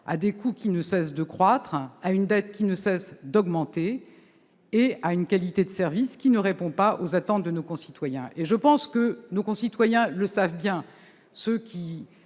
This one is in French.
à des coûts qui ne cessent de croître, à une dette qui ne cesse d'augmenter et à une qualité de service qui ne répond pas aux attentes de nos concitoyens. Nos concitoyens le savent bien : ceux qui